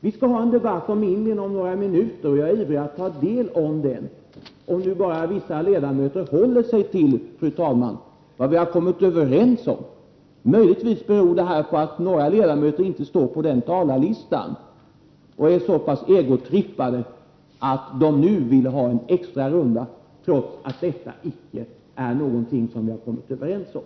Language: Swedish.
Vi skall ha en debatt om Indien om några minuter, och jag är ivrig att delta i den, om nu bara vissa ledamöter håller sig till vad vi har kommit överens om. Möjligtvis beror det här på att några ledamöter inte står på den talarlistan och är så pass egotrippade att de nu vill ha en extra runda, trots att detta icke är någonting som vi har kommit överens om.